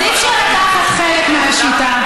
אז אי-אפשר לקחת רק חלק מהשיטה.